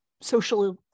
social